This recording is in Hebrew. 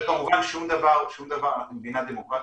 וכמובן אנחנו מדינה דמוקרטית,